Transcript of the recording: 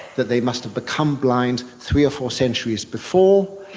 that they must have become blind three or four centuries before,